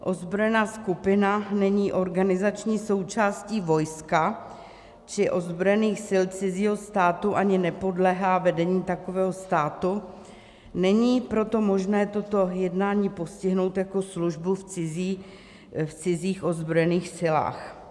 Ozbrojená skupina není organizační součástí vojska či ozbrojených sil cizího státu ani nepodléhá vedení takového státu, není proto možné toto jednání postihnout jako službu v cizích ozbrojených silách.